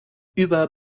über